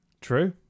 True